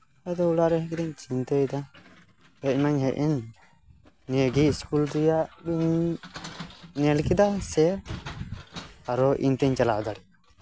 ᱟᱫᱚ ᱚᱲᱟᱜ ᱨᱮ ᱦᱮᱡ ᱠᱟᱛᱮᱫ ᱤᱧ ᱪᱤᱱᱛᱟᱹᱭᱮᱫᱟ ᱦᱮᱡ ᱢᱟᱧ ᱦᱮᱡ ᱮᱱ ᱱᱤᱭᱟᱹᱜᱮ ᱤᱥᱠᱩᱞ ᱨᱮᱭᱟᱜ ᱤᱧ ᱧᱮᱞ ᱠᱮᱫᱟ ᱥᱮ ᱟᱨᱚ ᱤᱧ ᱛᱤᱧ ᱪᱟᱞᱟᱣ ᱫᱟᱲᱮᱭᱟᱜᱼᱟ